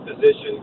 position